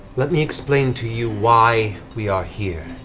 let me explain to you why we are here.